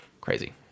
crazy